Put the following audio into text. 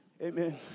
Amen